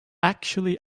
actually